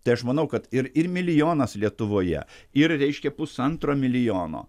tai aš manau kad ir ir milijonas lietuvoje ir reiškia pusantro milijono